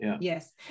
Yes